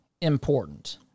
important